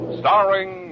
starring